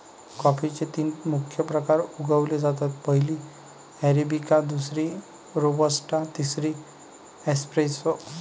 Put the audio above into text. कॉफीचे तीन मुख्य प्रकार उगवले जातात, पहिली अरेबिका, दुसरी रोबस्टा, तिसरी एस्प्रेसो